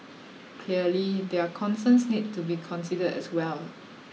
clearly their concerns need to be considered as well